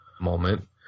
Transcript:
moment